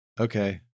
Okay